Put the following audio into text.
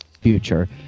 future